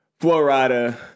Florida